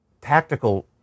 tactical